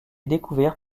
découvert